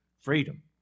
freedom